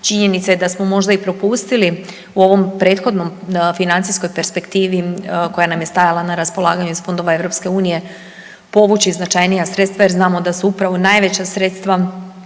činjenica je da smo možda i propustili u ovoj prethodnoj financijskoj perspektivi koja nam je stajala na raspolaganju iz fondova EU povući značajnija sredstva jer znamo da su upravo najveća sredstva